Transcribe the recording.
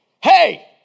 hey